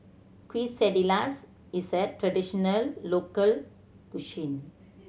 quesadillas is a traditional local cuisine